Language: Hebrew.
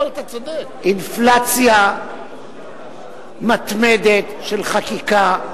אינפלציה מתמדת של חקיקה.